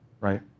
right